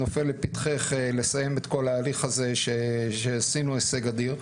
זה נופל לפתחך לסיים את כל ההליך שעשינו הישג אדיר.